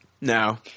No